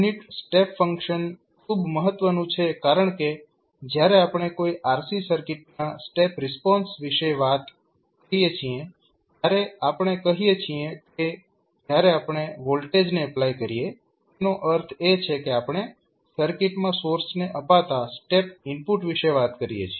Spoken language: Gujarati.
યુનિટ સ્ટેપ ફંક્શન ખૂબ મહત્વનું છે કારણકે જ્યારે આપણે કોઈ RC સર્કિટના સ્ટેપ રિસ્પોન્સ વિશે વાત કરીએ છીએ ત્યારે આપણે કહી શકીએ છીએ કે જ્યારે આપણે વોલ્ટેજને એપ્લાય કરીએ તેનો અર્થ છે કે આપણે સર્કિટમાં સોર્સને અપાતા સ્ટેપ ઇનપુટ વિશે વાત કરીએ છીએ